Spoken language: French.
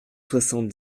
soixante